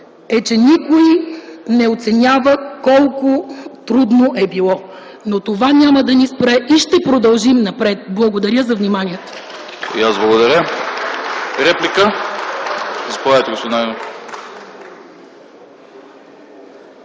е, че никой не оценява колко трудно е било, но това няма да ни спре и ще продължим напред. Благодаря за вниманието.